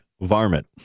varmint